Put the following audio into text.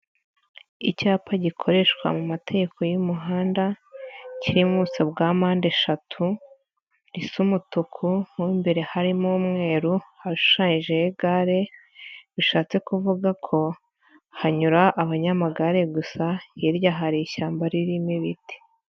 Icyapa gikoreshwa mu mategeko y'umuhanda kiri mu buso bwa mpandeshatuli isa umutuku mo imbere harimo umweru hashushanyijemo igare bishatse kuvuga ko hanyura abanyamagare gusa, hirya hari ishyamba ririmo ibiti.